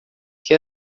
que